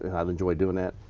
ah i've enjoyed doing that.